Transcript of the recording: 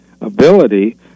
ability